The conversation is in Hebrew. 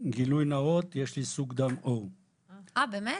גילוי נאות: יש לי סוג דם O+. באמת?